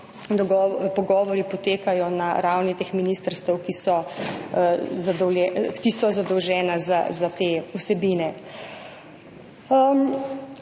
pogovori potekajo na ravni teh ministrstev, ki so zadolžena za te vsebine.